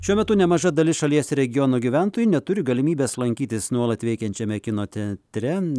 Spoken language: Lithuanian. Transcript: šiuo metu nemaža dalis šalies regiono gyventojų neturi galimybės lankytis nuolat veikiančiame kino teatre